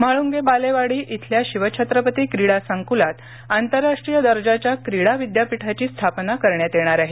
म्हाळुंगे बालेवाडी इथल्या शिवछत्रपती क्रीडा संकुलातआंतरराष्ट्रीय दर्जाच्या क्रीडा विद्यापीठाची स्थापना करण्यात येणार आहे